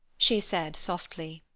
she said, softly.